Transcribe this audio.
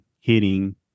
hitting